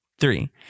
three